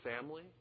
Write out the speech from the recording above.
family